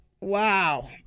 Wow